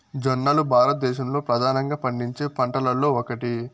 జొన్నలు భారతదేశంలో ప్రధానంగా పండించే పంటలలో ఒకటి